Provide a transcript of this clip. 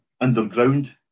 underground